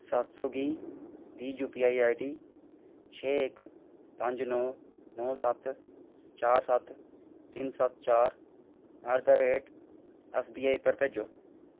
सत्त सौ गी दी यूपीआई आईडी छे इक पंज नो नो सत्त चार सत्त तिन सत्त चार at the rate S B I पर भेजो